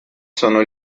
sono